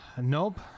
Nope